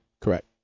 Correct